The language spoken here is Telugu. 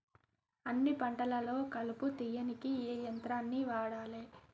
అన్ని పంటలలో కలుపు తీయనీకి ఏ యంత్రాన్ని వాడాలే?